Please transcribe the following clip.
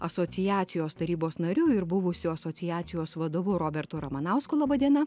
asociacijos tarybos nariu ir buvusiu asociacijos vadovu robertu ramanausku laba diena